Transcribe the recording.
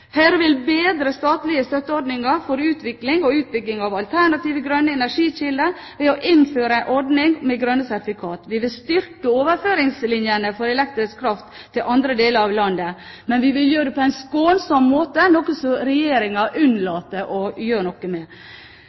vil bedre statlige støtteordninger for utvikling og utbygging av alternative, grønne energikilder ved å innføre en ordning med grønne sertifikater. Vi vil styrke overføringslinjene for elektrisk kraft til andre deler av landet – men vi vil gjøre det på en skånsom måte, noe som Regjeringen unnlater å gjøre noe med.